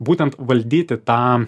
būtent valdyti tą